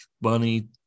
bunny